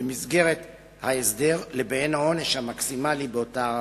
במסגרת ההסדר לבין העונש המקסימלי באותה עבירה.